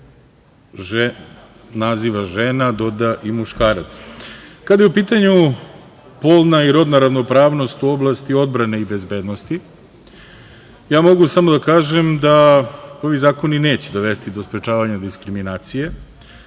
naziva žena doda i muškaraca. Kada je u pitanju polna i rodna ravnopravnost u oblasti odbrane i bezbednosti ja mogu samo da kažem da ovi zakoni neće dovesti do sprečavanja diskriminacije